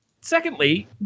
secondly